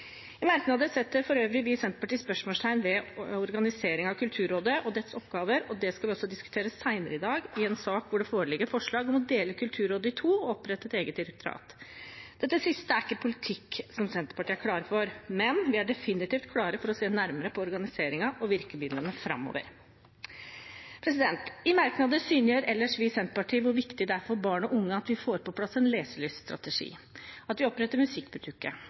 I merknader setter for øvrig vi i Senterpartiet spørsmålstegn ved organiseringen av Kulturrådet og dets oppgaver. Det skal vi også diskutere senere i dag, i en sak hvor det foreligger forslag om å dele Kulturrådet i to og opprette et eget direktorat. Det siste er ikke politikk som Senterpartiet er klar for, men vi er definitivt klare for å se nærmere på organiseringen og virkemidlene framover. I merknader synliggjør ellers vi i Senterpartiet hvor viktig det er for barn og unge at vi får på plass en leselyststrategi, at vi oppretter